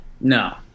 No